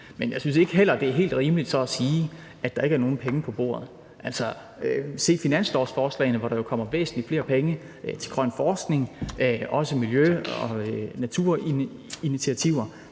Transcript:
Men jeg synes ikke – heller – det er helt rimeligt så at sige, at der ikke er nogen penge på bordet. Altså, se finanslovsforslagene, hvor der jo kommer væsentlig flere penge til grøn forskning, og også miljø- og naturinitiativer